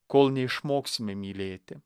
kol neišmoksime mylėti